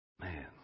Man